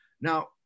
Now